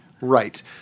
Right